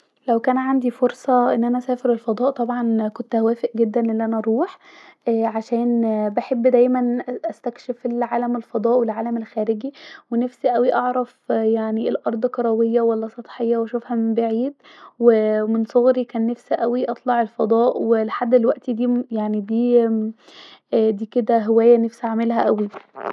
لو كان عندي فرصه أن انا اسافر الفضاء طبعا كنت هوافق جدا أن انا اروح ااا عشان بحب دايما استكشف عالم الفضاء والعالم الخارجي وبحب اوي اعرف يعني ايه الأرض كرويه ولا سطحيه واشوفها من بعيد ااا ومن صغري كان نفسي اوي اطلع الفضاء ولحد دلوقتي ديه يعني ديه ااا كدا هوايه نفسي اعملها اوي